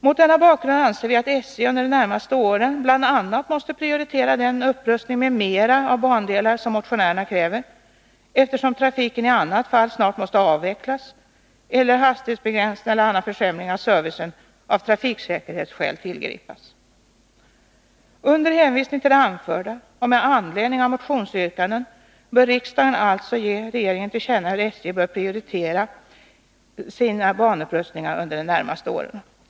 Mot denna bakgrund anser vi att SJ under de närmaste åren bl.a. måste prioritera den upprustning m.m. av bandelar som motionärerna kräver, eftersom trafiken i annat fall snart måste avvecklas eller hastighetsbegränsningar eller annan försämring av servicen av trafiksäkerhetsskäl tillgripas. På grund av det anförda och med anledning av motionsyrkanden bör riksdagen alltså ge regeringen till känna hur SJ bör prioritera sina banupprustningar under de närmaste åren.